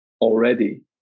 already